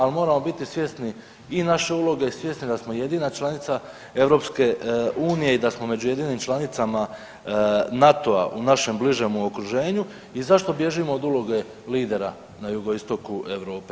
Ali moramo biti svjesni i naše uloge, svjesni da smo jedina članica EU i da smo među jedinim članicama NATO-a u našem bližem okruženju i zašto bježimo od uloge lidera na jugoistoku Europe.